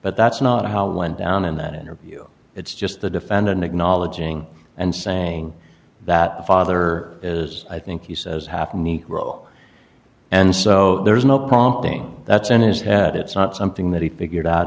but that's not how it went down in that interview it's just the defendant acknowledging and saying that the father is i think he says half negro and so there is no prompting that's in his head it's not something that he figured out